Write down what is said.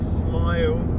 smile